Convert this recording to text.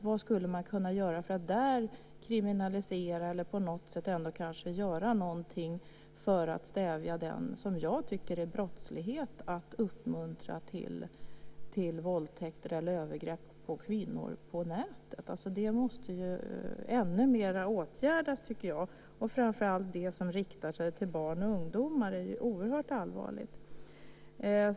Vad skulle man kunna göra för att där kriminalisera eller på något sätt kanske göra något för att stävja den, som jag tycker att det är, brottslighet på nätet som uppmuntrar till våldtäkter eller övergrepp på kvinnor? Detta tycker jag måste åtgärdas i ännu högre grad. Framför allt gäller det då sådant som riktar sig till barn och ungdomar. I det avseendet är det oerhört allvarligt.